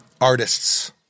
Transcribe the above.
artists